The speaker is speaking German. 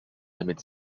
damit